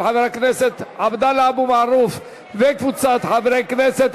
של חבר הכנסת עבדאללה אבו מערוף וקבוצת חברי הכנסת,